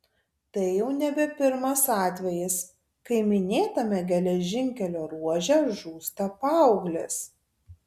tai jau nebe pirmas atvejis kai minėtame geležinkelio ruože žūsta paauglės